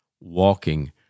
walking